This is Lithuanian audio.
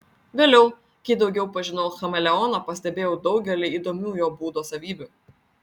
vėliau kai daugiau pažinau chameleoną pastebėjau daugelį įdomių jo būdo savybių